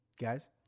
Guys